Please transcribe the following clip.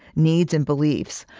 needs, and beliefs,